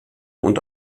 und